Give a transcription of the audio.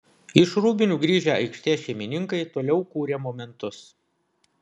iš rūbinių grįžę aikštės šeimininkai toliau kūrė momentus